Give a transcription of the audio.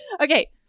Okay